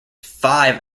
five